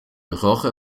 roche